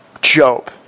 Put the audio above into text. Job